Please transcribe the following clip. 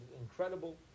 incredible